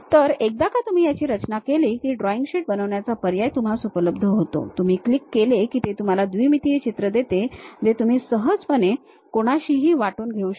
तर एकदा तुम्ही याची रचना केली की ड्रॉइंग शीट बनवण्याचा पर्याय तुम्हास उपलब्ध होतो तुम्ही क्लिक केले की ते तुम्हाला द्विमितीय चित्र देते जे तुम्ही सहजपणे कोणाशीही वाटून घेऊ शकता